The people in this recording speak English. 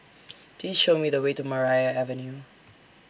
Please Show Me The Way to Maria Avenue